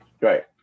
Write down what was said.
Right